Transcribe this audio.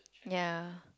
ya